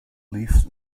leave